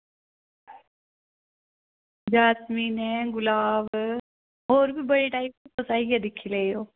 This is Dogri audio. जैसमीन गुलाब होर बी बड़े टाईप दे तुस आइयै दिक्खी लैयो